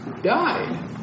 died